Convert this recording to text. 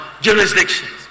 jurisdictions